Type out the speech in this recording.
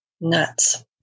Nuts